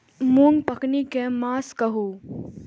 मूँग पकनी के मास कहू?